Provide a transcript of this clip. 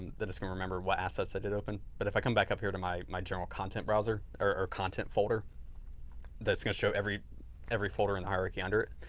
that it's going to remember what assets i did open. but if i come back up here to my my general content browser or content folder that's going to show every every folder and hierarchy under it.